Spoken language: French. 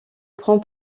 prend